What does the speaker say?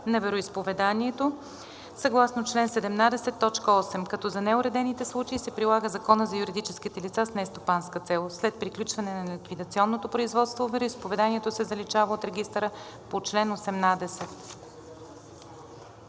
на вероизповеданието съгласно чл. 17, т. 8, като за неуредените случаи се прилага Законът за юридическите лица с нестопанска цел. След приключване на ликвидационното производство вероизповеданието се заличава от регистъра по чл. 18.“